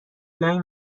لای